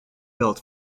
built